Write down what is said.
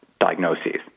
diagnoses